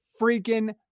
freaking